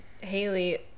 Haley